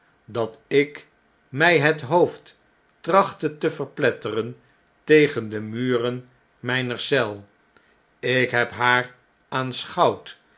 dat ik mij het hoofd trachtte te verpletteren tegen de muren mijner eel ik heb haar